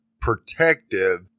protective